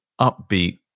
upbeat